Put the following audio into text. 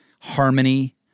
harmony